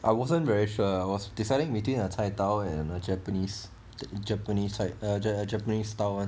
I wasn't very sure I was deciding between a 菜刀 and a japanese the japanese like a japanese style [one]